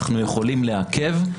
אנחנו יכולים לעכב,